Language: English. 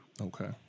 Okay